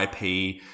IP